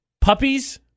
puppies